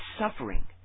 suffering